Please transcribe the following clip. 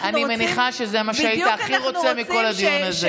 אני מניחה שזה מה שהיית הכי רוצה מכל הדיון הזה.